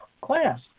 class